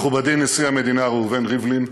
מכובדי נשיא המדינה ראובן ריבלין,